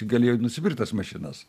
galėjai nusipirk tas mašinas